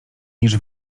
niż